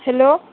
hello